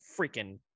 freaking